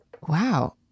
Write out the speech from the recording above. Wow